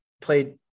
played